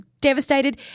devastated